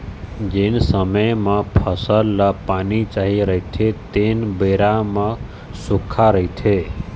जेन समे म फसल ल पानी चाही रहिथे तेन बेरा म सुक्खा रहिथे